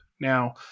Now